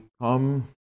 come